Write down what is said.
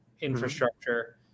infrastructure